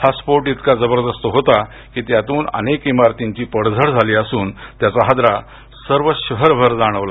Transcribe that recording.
हा स्फोट इतका जबरदस्त होता की त्यातून अनेक इमारतींची पडझड झाली असून त्याचा हादरा सर्व शहरभर जाणवला